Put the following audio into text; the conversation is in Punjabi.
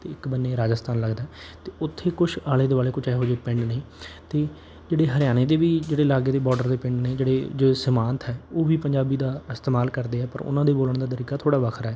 ਅਤੇ ਇੱਕ ਬੰਨੇ ਰਾਜਸਥਾਨ ਲੱਗਦਾ ਹੈ ਅਤੇ ਉੱਥੇ ਕੁਛ ਆਲੇ ਦੁਆਲੇ ਕੁਝ ਇਹੋ ਜਿਹੇ ਪਿੰਡ ਨੇ ਅਤੇ ਜਿਹੜੇ ਹਰਿਆਣੇ ਦੇ ਵੀ ਜਿਹੜੇ ਲਾਗੇ ਦੇ ਬਾਰਡਰ ਦੇ ਪਿੰਡ ਨੇ ਜਿਹੜੇ ਜੋ ਸਮਾਨਤ ਹੈ ਉਹ ਵੀ ਪੰਜਾਬੀ ਦਾ ਇਸਤੇਮਾਲ ਕਰਦੇ ਆ ਪਰ ਉਹਨਾਂ ਦੇ ਬੋਲਣ ਦਾ ਤਰੀਕਾ ਥੋੜ੍ਹਾ ਵੱਖਰਾ ਹੈ